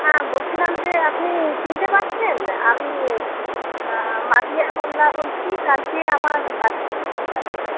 হ্যাঁ বলছিলাম যে আপনি চিনতে পারছেন আমি মাবিয়া মোল্লা বলছি কালকে আমার বাচ্চাকে